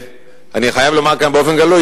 ואני חייב לומר כאן באופן גלוי,